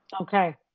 Okay